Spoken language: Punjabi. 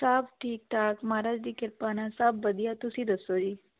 ਸਭ ਠੀਕ ਠਾਕ ਮਹਾਰਾਜ ਦੀ ਕ੍ਰਿਪਾ ਨਾਲ ਸਭ ਵਧੀਆ ਤੁਸੀਂ ਦੱਸੋ ਜੀ